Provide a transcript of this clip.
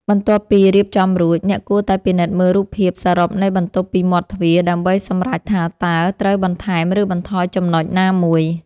បន្ទាប់ពីរៀបចំរួច អ្នកគួរតែពិនិត្យមើលរូបភាពសរុបនៃបន្ទប់ពីមាត់ទ្វារ ដើម្បីសម្រេចថាតើត្រូវបន្ថែម ឬបន្ថយចំណុចណាមួយ។